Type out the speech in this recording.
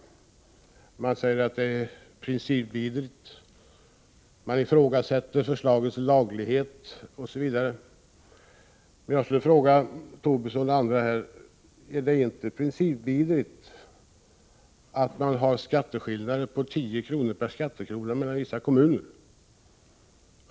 De säger att det här är principvidrigt, de ifrågasätter förslagets laglighet osv. Jag vill fråga Lars Tobisson och andra om det inte är principvidrigt med skillnader på 10 kr. per skattekrona i vissa kommuner.